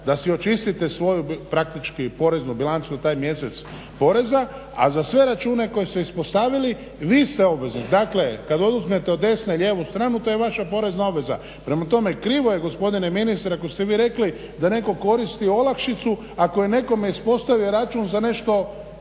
da si očistite svoju praktički poreznu bilancu taj mjesec poreza, a za sve račune koje ste ispostavili vi ste obveznik. Dakle, kad oduzmete od desne lijevu stranu to je vaša porezna obveza. Prema tome, krivo je gospodine ministre ako ste vi rekli da netko koristi olakšicu ako je nekome ispostavio račun za nešto